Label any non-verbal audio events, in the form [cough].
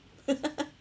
[laughs]